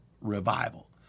revival